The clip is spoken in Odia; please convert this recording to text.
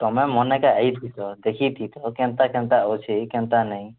ତୁମେ ମାନେଙ୍କେ ଏଇଠି ଦେଖିଛି ତ କେନ୍ତା କେନ୍ତା ଅଛି କେନ୍ତା ନାଇଁ